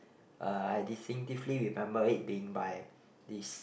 uh I distinctively remember being by this